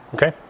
Okay